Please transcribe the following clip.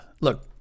look